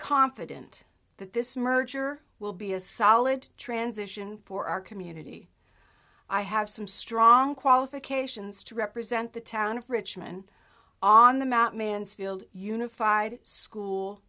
confident that this merger will be a solid transition for our community i have some strong qualifications to represent the town of richmond on the mat mansfield unified school